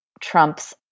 trumps